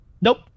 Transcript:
Nope